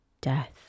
death